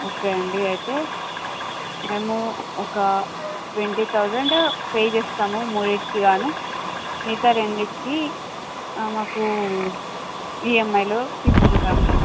okay అండి అయితే మేము ఒక ట్వంటీ థౌజండ్ పే చేస్తాము మూడింటికిగాను మిగతా రెండింటికి మాకు ఈఎమ్ఐలో తీసుకుంటాము